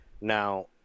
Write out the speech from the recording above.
now